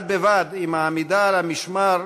בד בבד עם העמידה על המשמר